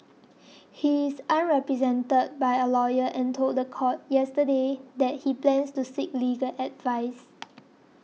he is unrepresented by a lawyer and told the court yesterday that he plans to seek legal advice